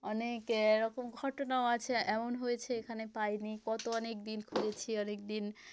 অনেক এরকম ঘটনাও আছে এমন হয়েছে এখানে পাই নি কত অনেক দিন খুঁজেছি অনেক দিন